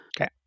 Okay